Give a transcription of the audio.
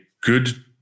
good